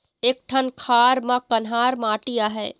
एक ठन खार म कन्हार माटी आहे?